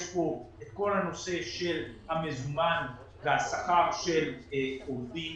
יש כאן את כל הנושא של המזומן והשכר של עובדים